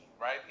right